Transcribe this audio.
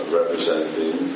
representing